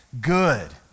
good